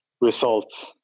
results